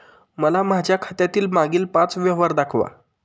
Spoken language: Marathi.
मला माझ्या खात्यातील मागील पांच व्यवहार दाखवा